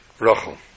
Rachel